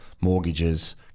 mortgages